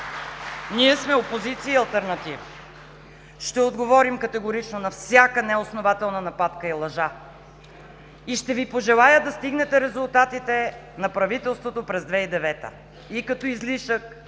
Ние сме опозиция и алтернатива. Ще отговорим категорично на всяка неоснователна нападка и лъжа. И ще Ви пожелая да стигнете резултатите на правителството през 2009 г. – и като излишък,